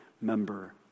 member